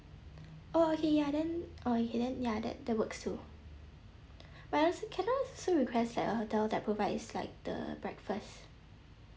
oh okay ya then uh okay then ya that that works too but also can I still request a hotel that provides like the breakfast